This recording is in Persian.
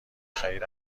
خرید